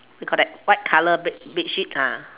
we call that white colour bed bed sheet ah